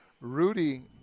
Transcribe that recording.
Rudy